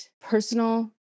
personal